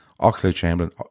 Oxlade-Chamberlain